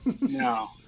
No